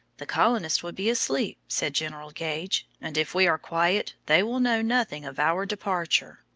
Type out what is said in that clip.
the colonists will be asleep, said general gage, and, if we are quiet, they will know nothing of our departure.